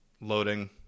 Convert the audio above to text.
Loading